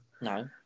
No